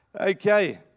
Okay